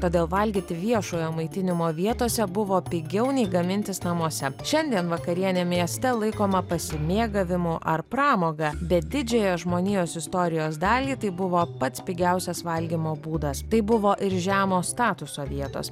todėl valgyti viešojo maitinimo vietose buvo pigiau nei gamintis namuose šiandien vakarienė mieste laikoma pasimėgavimu ar pramoga bet didžiąją žmonijos istorijos dalį tai buvo pats pigiausias valgymo būdas tai buvo ir žemo statuso vietos